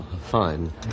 fine